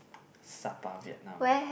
sapa Vietnam